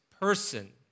person